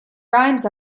rhymes